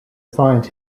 find